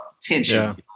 tension